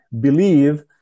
believe